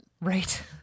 Right